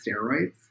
steroids